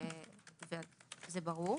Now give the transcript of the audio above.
זה ברור.